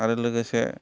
आरो लोगोसे